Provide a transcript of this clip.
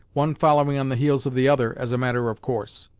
one following on the heels of the other, as a matter of course.